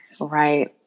right